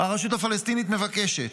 הרשות הפלסטינית מבקשת?